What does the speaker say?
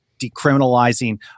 decriminalizing